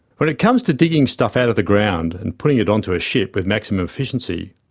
when it comes to digging stuff out of the ground and putting it onto a ship with maximum efficiency,